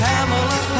Pamela